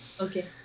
Okay